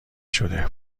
شده